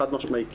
חד משמעי כן.